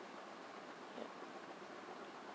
yup